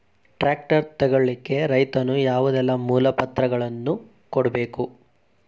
Tractor ತೆಗೊಳ್ಳಿಕೆ ರೈತನು ಯಾವುದೆಲ್ಲ ಮೂಲಪತ್ರಗಳನ್ನು ಕೊಡ್ಬೇಕು?